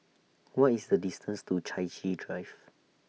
What IS The distance to Chai Chee Drive